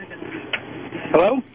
Hello